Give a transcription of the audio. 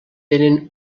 tenen